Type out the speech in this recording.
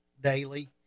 daily